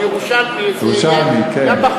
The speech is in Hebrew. הוא ירושלמי, זה יהיה גם בחוק.